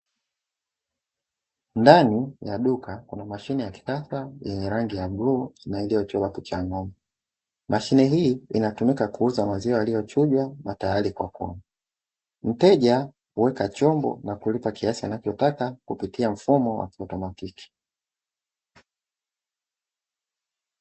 Ndani ya duka kuna mashine ya kisasa yenye rangi ya bluu na iliyochorwa picha ya ng’ombe mashine hii inatumika kuuza maziwa yaliyochujwa na tayari kwa kunywa. Mteja huweka chupa na kulipia kiasi anachotaka kupitia mfumo wa kiotomatiki.